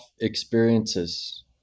experiences